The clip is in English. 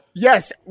Yes